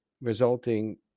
resulting